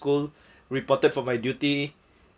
school reported for my duty